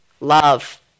love